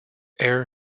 air